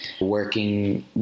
working